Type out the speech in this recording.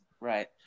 Right